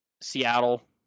Seattle